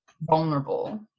vulnerable